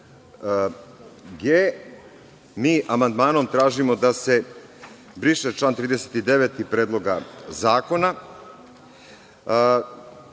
Mi amandmanom tražimo da se briše član 39. Predloga zakona.